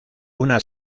una